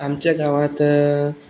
आमच्या गांवांत